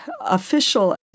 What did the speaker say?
official